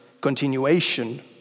continuation